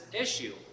issue